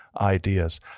Ideas